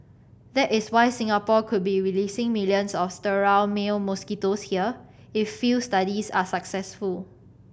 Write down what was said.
that is why Singapore could be releasing millions of sterile male mosquitoes here if field studies are successful